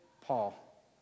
Paul